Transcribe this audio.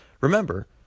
remember